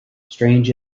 strange